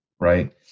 Right